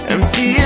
Empty